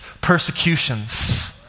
persecutions